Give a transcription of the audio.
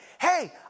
hey